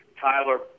tyler